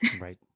Right